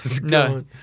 No